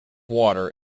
water